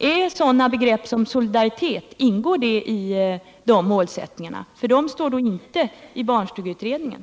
Ingår sådana begrepp som solidaritet i målsättningarna?